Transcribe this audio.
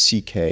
CK